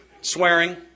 swearing